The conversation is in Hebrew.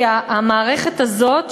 כי המערכת הזאת,